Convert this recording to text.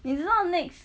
你知道 next